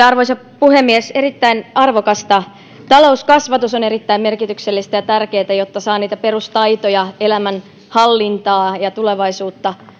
arvoisa puhemies erittäin arvokasta talouskasvatus on erittäin merkityksellistä ja tärkeätä jotta saa niitä perustaitoja elämänhallintaa ja tulevaisuutta nimenomaan